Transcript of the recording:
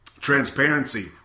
transparency